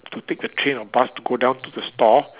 to take the train or bus to go down to the store